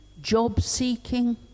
job-seeking